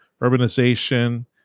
urbanization